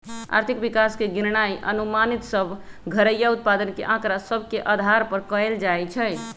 आर्थिक विकास के गिननाइ अनुमानित सभ घरइया उत्पाद के आकड़ा सभ के अधार पर कएल जाइ छइ